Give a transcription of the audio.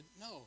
No